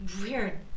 weird